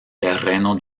terreno